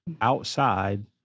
outside